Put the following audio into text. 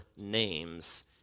names